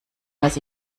was